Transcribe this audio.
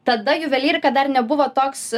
tada juvelyrika dar nebuvo toks